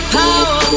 power